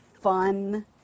fun